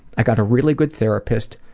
i got a really good therapist,